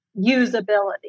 usability